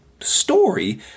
story